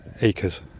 acres